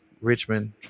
Richmond